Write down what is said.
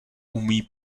umí